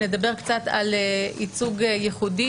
נדבר קצת על ייצוג ייחודי,